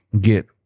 get